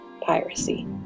piracy